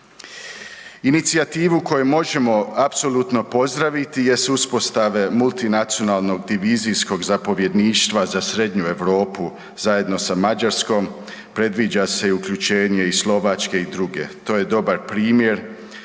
Inicijativu koju možemo apsolutno pozdraviti jest uspostave multinacionalnog divizijskog zapovjedništva za Srednju Europu zajedno sa Mađarskom. Predviđa se i uključenje i Slovačke i druge. To je dobar primjer